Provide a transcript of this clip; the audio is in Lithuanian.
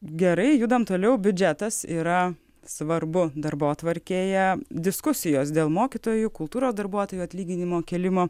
gerai judam toliau biudžetas yra svarbu darbotvarkėje diskusijos dėl mokytojų kultūros darbuotojų atlyginimo kėlimo